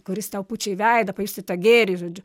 kuris tau pučia į veidą pajusti tą gėrį žodžiu